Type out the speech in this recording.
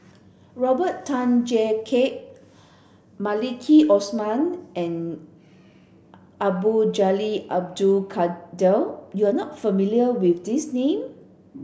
Robert Tan Jee Keng Maliki Osman and Abdul Jalil Abdul Kadir you are not familiar with these name